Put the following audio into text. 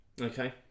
Okay